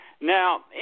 Now